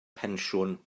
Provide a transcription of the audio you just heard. pensiwn